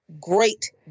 great